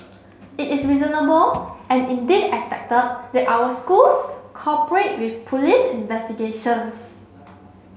it is reasonable and indeed expected that our schools cooperate with police investigations